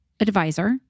advisor